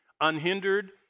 unhindered